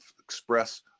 express